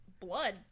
blood